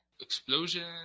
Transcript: Explosion